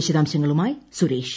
വിശദാംശങ്ങളുമായി സുരേഷ്